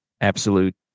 Absolute